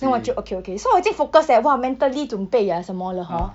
then 我就 okay okay so 我已经 focus leh !wah! mentally 准备 ah 什么了 hor